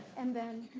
and then.